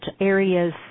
areas